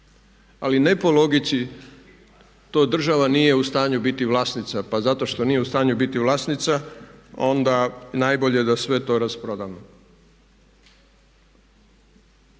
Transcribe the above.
ali ne po logici to država nije u stanju biti vlasnica, pa zato što nije u stanju biti vlasnica onda najbolje da sve to rasprodamo.